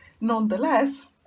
nonetheless